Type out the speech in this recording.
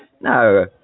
No